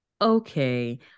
okay